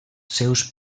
seus